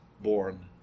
Born